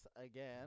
again